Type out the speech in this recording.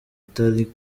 atari